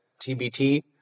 TBT